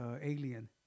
Alien